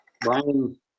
Brian